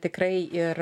tikrai ir